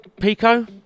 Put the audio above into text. Pico